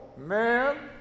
Man